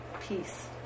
peace